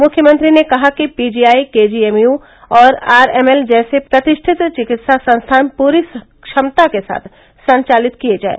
मुख्यमंत्री ने कहा कि पीजीआई केजीएमयू और आरएमएल जैसे प्रतिष्ठित चिकित्सा संस्थान पूरी क्षमता के साथ संचालित किए जाएं